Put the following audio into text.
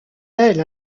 elle